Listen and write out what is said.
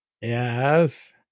Yes